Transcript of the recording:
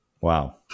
Wow